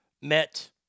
met